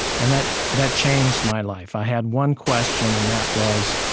and that that changed my life. i had one question, and that was,